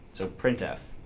so printf,